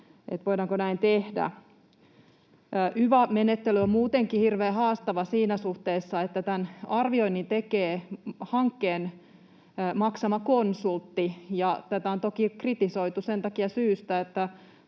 voidaanko näin tehdä. Yva-menettely on muutenkin hirveän haastava siinä suhteessa, että tämän arvioinnin tekee hankkeen maksama konsultti. Tätä on toki kritisoitu sen takia syystä,